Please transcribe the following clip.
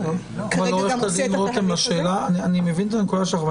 שכרגע גם מוציא --- אני מבין את הנקודה שלך,